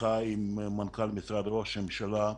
שיחה עם מנכ"ל משרד ראש הממשלה,